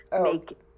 make